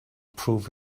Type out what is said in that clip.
proof